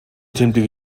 тэмдэг